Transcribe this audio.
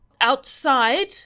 Outside